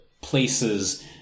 places